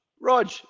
Rog